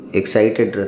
excited